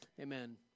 Amen